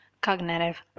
cognitive